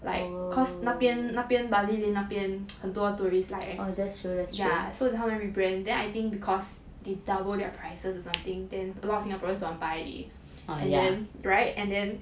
like cause 那边那边 bali lane 那边很多 tourist 来 ya so 他们 rebrand then I think because they double their prices or something then a lot of singaporeans don't want to buy already and then right